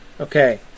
Okay